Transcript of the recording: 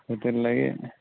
ସେଥିର୍ ଲାଗି